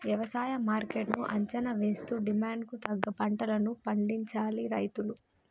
వ్యవసాయ మార్కెట్ ను అంచనా వేస్తూ డిమాండ్ కు తగ్గ పంటలను పండించాలి రైతులు